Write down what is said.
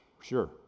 Sure